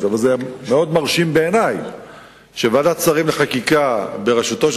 3. אבל זה מאוד מרשים בעיני שוועדת שרים לחקיקה בראשותו של